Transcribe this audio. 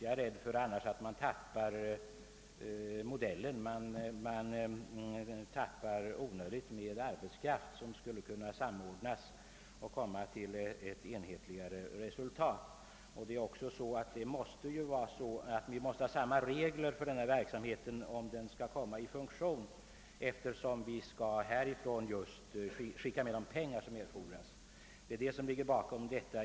Jag är rädd för att man annars använder onödigt mycket arbetskraft, som måste samordnas för att nå ett mera enhetligt resultat. Vi måste ha enhetliga regler, om denna verksamhet skall fungera, eftersom det är vi som skall bevilja de pengar som erfordras.